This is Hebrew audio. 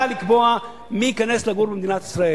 זכותה לקבוע מי ייכנס לגור בה,